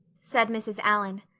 said mrs. allan.